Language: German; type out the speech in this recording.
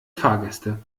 fahrgäste